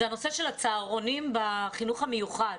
זה הנושא של הצהרונים בחינוך המיוחד.